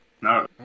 no